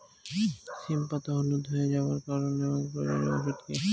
সিম পাতা হলুদ হয়ে যাওয়ার কারণ এবং প্রয়োজনীয় ওষুধ কি?